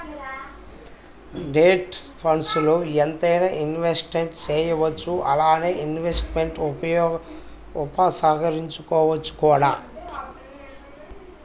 debt ఫండ్స్ల్లో ఎంతైనా invest చేయవచ్చు అలానే ఇన్వెస్ట్మెంట్స్ను ఉపసంహరించుకోవచ్చు కూడా